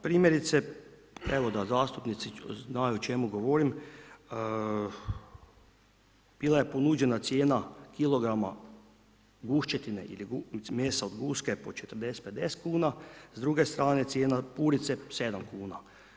Primjerice, evo da zastupnici znaju o čemu govorim, bila je ponuđena cijena kilograma guščetine ili mesa od guske po 40, 50 kuna, s druge strane, cijena purice 7 kuna.